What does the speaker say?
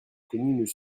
connu